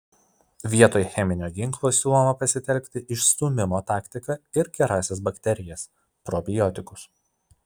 vietoj cheminio ginklo siūloma pasitelkti išstūmimo taktiką ir gerąsias bakterijas probiotikus